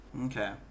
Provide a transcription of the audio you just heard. Okay